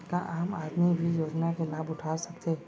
का आम आदमी भी योजना के लाभ उठा सकथे?